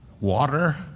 Water